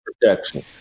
protection